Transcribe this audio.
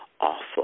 awful